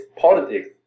politics